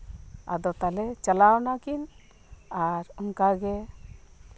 ᱟᱫᱚ ᱛᱟᱦᱞᱮ ᱪᱟᱞᱟᱣ ᱮᱱᱟᱠᱤᱱ ᱟᱨ ᱚᱱᱠᱟ ᱜᱮ